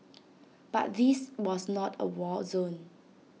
but this was not A war zone